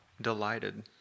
delighted